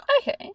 Okay